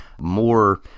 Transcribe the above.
more